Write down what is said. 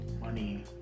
money